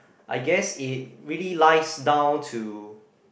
I guess it really lies down to